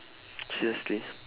seriously